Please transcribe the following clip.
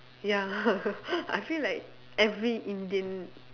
ya I feel like every indian